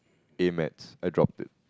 A-maths I dropped it